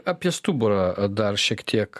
apie stuburą dar šiek tiek